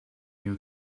new